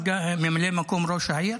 ממלא מקום ראש העיר.